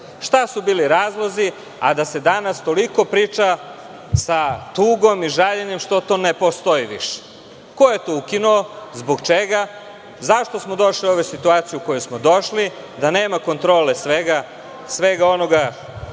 su bili razlozi, a da se danas toliko priča sa tugom i žaljenjem što to ne postoji više? Ko je to ukinuo? Zbog čega? Zašto smo došli u ovu situaciju do koje smo došli, da nema kontrole svega onoga